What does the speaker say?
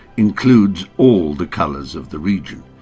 includes all the colours of the region.